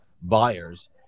buyers